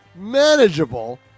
manageable